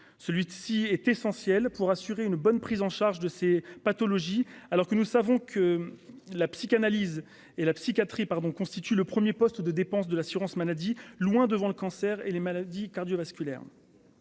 celui-ci est essentiel pour assurer une bonne prise en charge de ces pathologies, alors que nous savons que la psychanalyse et la psychiatrie pardon constitue le 1er poste de dépenses de l'assurance maladie, loin devant le cancer et les maladies cardiovasculaires,